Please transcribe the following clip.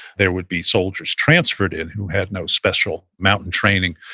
there would be soldiers transferred in who had no special mountain training,